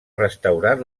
restaurat